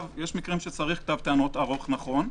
יש מקרים שצריך כתב טענות ארוך - נכון,